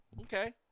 Okay